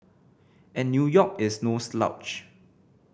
and New York is no slouch